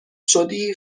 شدی